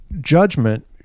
judgment